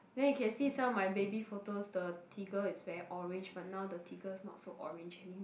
then you can see some of my baby photos the Tigger is very orange but now the Tigger not very orange anymore